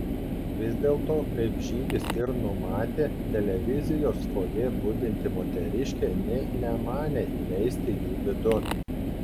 vis dėlto kaip žygis ir numatė televizijos fojė budinti moteriškė nė nemanė įleisti jų vidun